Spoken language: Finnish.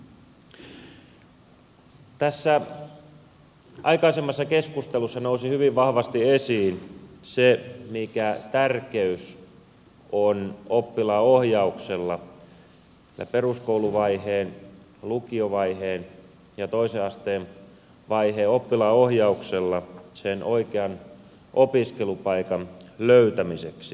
tässä aikaisemmassa keskustelussa nousi hyvin vahvasti esiin se mikä tärkeys on oppilaanohjauksella ja peruskouluvaiheen lukiovaiheen ja toisen asteen vaiheen oppilaanohjauksella sen oikean opiskelupaikan löytämiseksi